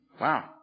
Wow